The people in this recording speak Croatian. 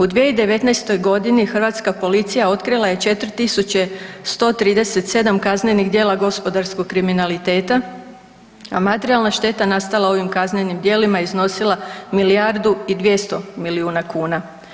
U 2019. godini hrvatska policija otkrila je 4137 kaznenog djela gospodarskog kriminaliteta, a materijalna šteta nastala ovim kaznenim djelima iznosila milijardu i 200 miliona kuna.